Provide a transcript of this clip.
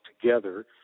together